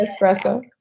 espresso